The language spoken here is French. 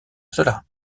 cela